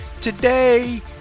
Today